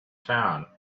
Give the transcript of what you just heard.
town